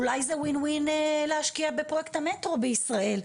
אולי זה ניצחון מובהק דווקא להשקיע בפרויקט המטרו בישראל,